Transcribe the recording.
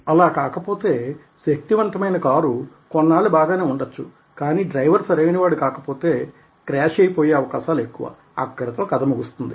అలా కాకపోతే శక్తివంతమైన కారు కొన్నాళ్ళు బాగానే ఉండొచ్చు కానీ డ్రైవర్ సరైనవాడు కాకపోతే క్రేష్ అయిపోయే అవకాశాలు ఎక్కువ అక్కడితో కథ ముగుస్తుంది